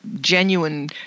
genuine